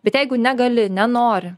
bet jeigu negali nenori